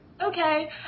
okay